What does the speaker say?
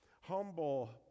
humble